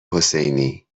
حسینی